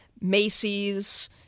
Macy's